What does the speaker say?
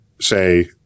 say